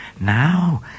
Now